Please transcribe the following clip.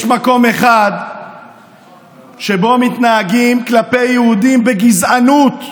יש מקום אחד שבו מתנהגים כלפי יהודים בגזענות,